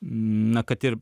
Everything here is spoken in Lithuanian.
na kad ir